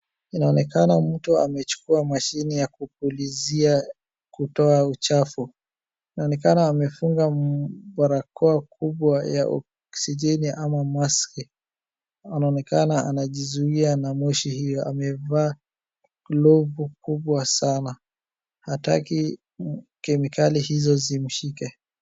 Inaonekana mtu amechukua mashini ya kupulizia kutoa uchafu. Inaonekana amefunga barakoa kubwa ya oksijeni ama mask Anaonekana anajizuia na moshi hiyo. Amevaa glovu kubwa sana, hataki kemikali hizo zimshike.